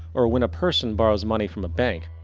or when a person borrows money from a bank,